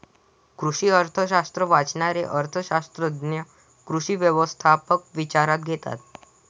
कृषी अर्थशास्त्र वाचणारे अर्थ शास्त्रज्ञ कृषी व्यवस्था विचारात घेतात